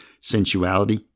sensuality